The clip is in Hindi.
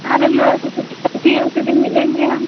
हाँ रविवार को छुट्टी रहती है उसी दिन मिलेंगे हम